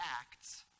acts